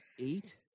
eight